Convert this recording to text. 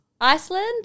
Iceland